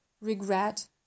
regret